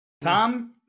tom